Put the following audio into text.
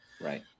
right